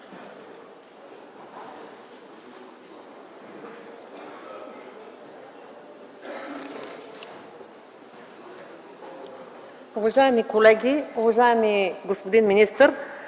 Уважаеми колеги! Уважаеми господин министър,